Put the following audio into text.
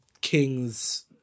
King's